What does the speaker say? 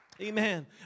Amen